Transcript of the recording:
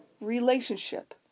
relationship